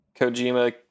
Kojima